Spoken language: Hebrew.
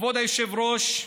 כבוד היושב-ראש,